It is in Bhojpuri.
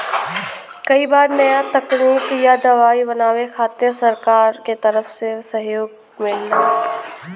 कई बार नया तकनीक या दवाई बनावे खातिर सरकार के तरफ से सहयोग मिलला